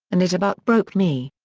and it about broke me.